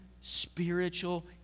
spiritual